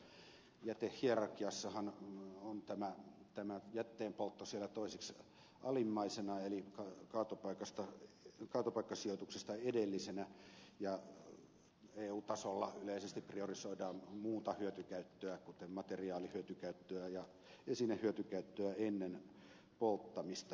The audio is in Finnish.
jätehierarkiassahan on tämä jätteenpoltto siellä toiseksi alimmaisena eli kaatopaikkasijoituksesta edellisenä ja eu tasolla yleisesti priorisoidaan muuta hyötykäyttöä kuten materiaalihyötykäyttöä ja esinehyötykäyttöä ennen polttamista